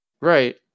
Right